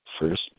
first